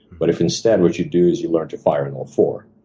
but if instead, what you do is you learn to fire in all four.